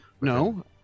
No